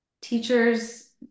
teachers